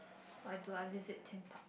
why do I visit Theme Park